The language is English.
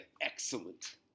excellent